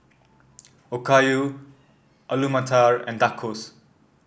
Okayu Alu Matar and Tacos